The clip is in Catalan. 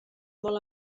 molt